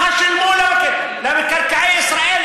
ככה שילמו למקרקעי ישראל,